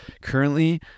currently